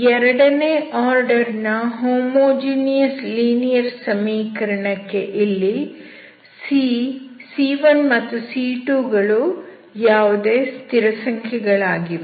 ಎರಡನೇ ಆರ್ಡರ್ ನ homogeneous linear ಸಮೀಕರಣ ಕ್ಕೆ ಇಲ್ಲಿ c1 ಮತ್ತು c2 ಗಳು ಯಾವುದೇ ಸ್ಥಿರಸಂಖ್ಯೆಗಳಾಗಿವೆ